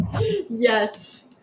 Yes